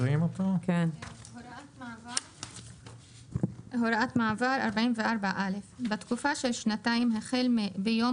44.הוראות מעבר בתקופה של שנתיים החל מיום